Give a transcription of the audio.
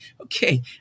okay